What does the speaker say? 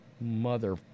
Mother